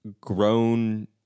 grown